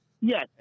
Yes